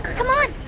come on.